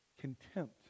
contempt